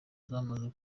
zamaze